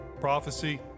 prophecy